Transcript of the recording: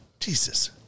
Jesus